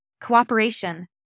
cooperation